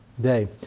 day